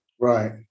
right